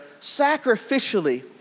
sacrificially